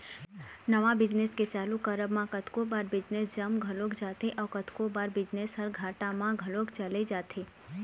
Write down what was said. नवा बिजनेस के चालू करब म कतको बार बिजनेस जम घलोक जाथे अउ कतको बार बिजनेस ह घाटा म घलोक चले जाथे